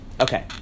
Okay